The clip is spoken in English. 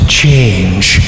change